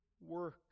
work